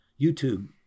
YouTube